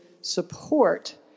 support